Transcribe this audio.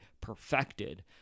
perfected